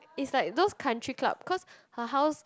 is like those country club cause her house